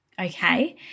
okay